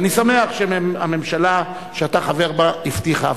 ואני שמח שהממשלה שאתה חבר בה הבטיחה.